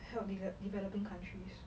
help develop~ developing countries